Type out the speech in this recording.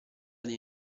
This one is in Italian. dei